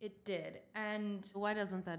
it did and why doesn't that